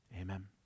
amen